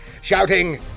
shouting